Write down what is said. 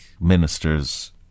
ministers